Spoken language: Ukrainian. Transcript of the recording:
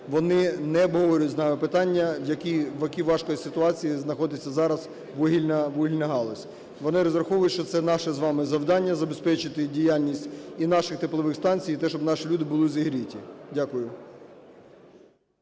вони не обговорюють з нами питання, в якій важкій ситуації знаходиться зараз вугільна галузь. Вони розраховують, що це наше з вами завдання забезпечити діяльність і наших теплових станцій і те, щоб наші люди були зігріті. Дякую.